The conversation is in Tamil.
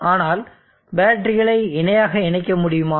ஆனால் பேட்டரிகளை இணையாக இணைக்க முடியுமா